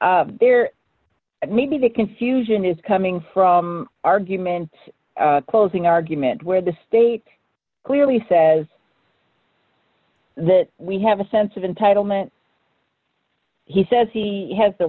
so there may be that confusion is coming from argument closing argument where the state clearly says that we have a sense of entitlement he says he has the